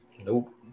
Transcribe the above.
Nope